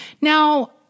Now